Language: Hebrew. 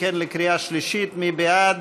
1 2,